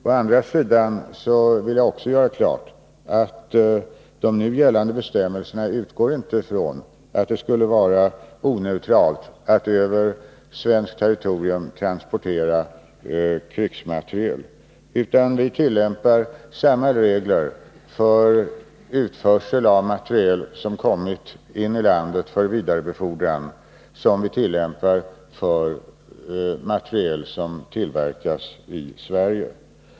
Å andra sidan vill jag också göra klart att de nu gällande bestämmelserna inte utgår ifrån att det skulle vara oneutralt att över svenskt territorium transportera krigsmaterial. Vi tillämpar samma regler för utförsel av materiel som kommit in i landet för vidare befordran som vi tillämpar för materiel som tillverkas i Sverige.